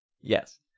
Yes